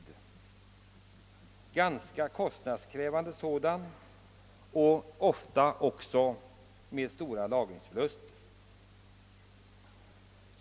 En sådan är ganska kostnadskrävande, och ofta drabbas man också av stora lagringsförluster.